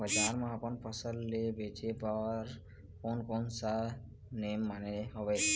बजार मा अपन फसल ले बेचे बार कोन कौन सा नेम माने हवे?